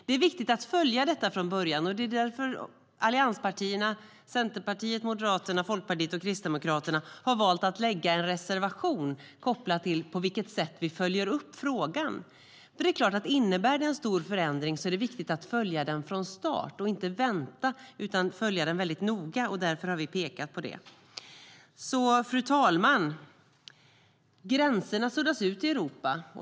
Det är viktigt att följa det från början. Det är därför allianspartierna - Centerpartiet, Moderaterna, Folkpartiet och Kristdemokraterna - har valt att lägga fram en reservation kopplat till på vilket sätt vi följer upp frågan. Innebär den en stor förändring är det viktigt att följa den från start och inte vänta utan följa den väldigt noga. Därför har vi pekat på det. Fru talman! Gränserna suddas ut i Europa.